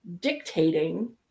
dictating